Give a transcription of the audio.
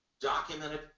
documented